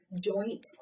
joint